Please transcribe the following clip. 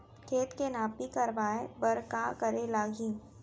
खेत के नापी करवाये बर का करे लागही?